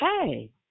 hey